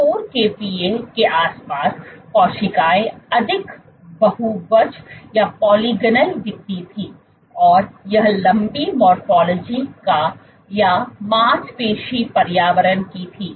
34 kPa के आसपास कोशिकाएं अधिक बहुभुज दिखती थीं और यह लम्बी मोरफ़ोलॉजी या मांसपेशी पर्यावरण की थी